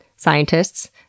scientists